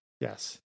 Yes